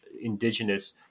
indigenous